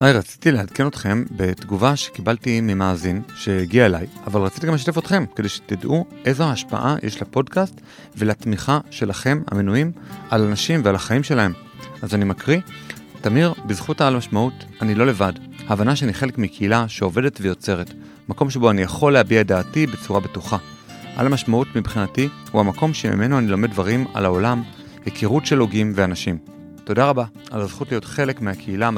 היי, רציתי לעדכן אתכם בתגובה שקיבלתי ממאזין שהגיעה אליי, אבל רציתי גם לשתף אתכם כדי שתדעו איזו ההשפעה יש לפודקאסט ולתמיכה שלכם המנויים על אנשים ועל החיים שלהם. אז אני מקריא, תמיר, בזכות על משמעות אני לא לבד. ההבנה שאני חלק מקהילה שעובדת ויוצרת, מקום שבו אני יכול להביע דעתי בצורה בטוחה. על המשמעות מבחינתי הוא המקום שממנו אני לומד דברים על העולם, הכירות של הוגים ואנשים. תודה רבה על הזכות להיות חלק מהקהילה.